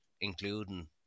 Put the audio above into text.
including